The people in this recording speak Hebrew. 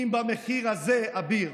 אם במחיר הזה, אביר,